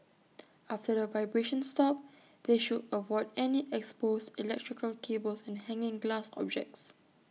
after the vibrations stop they should avoid any exposed electrical cables and hanging glass objects